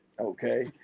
Okay